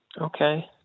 Okay